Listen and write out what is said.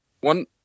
one